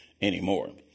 anymore